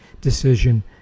decision